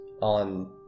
on